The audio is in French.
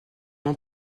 ont